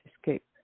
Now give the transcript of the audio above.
escape